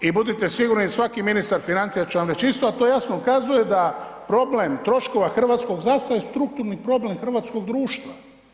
I budite sigurni svaki ministar financija će vam reći isto, a to jasno ukazuje da problem troškova hrvatskog zdravstva je strukturni problem hrvatskog društva.